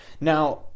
now